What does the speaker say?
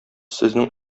сезнең